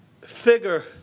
figure